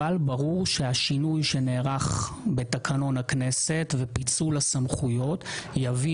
שהשינוי שנערך בתקנון הכנסת ופיצול הסמכויות יביא